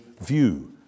view